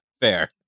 fair